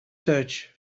search